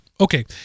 Okay